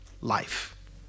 life